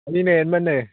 ꯑꯩꯅꯦ ꯔꯍꯦꯃꯟꯅꯦ